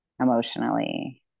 emotionally